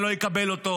אני לא אקבל אותו,